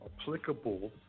applicable